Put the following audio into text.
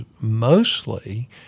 mostly